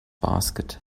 basket